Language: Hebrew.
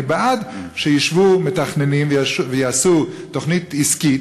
אני בעד שישבו מתכננים ויעשו תוכנית עסקית